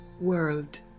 world